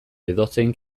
edozein